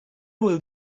will